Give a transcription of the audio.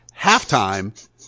halftime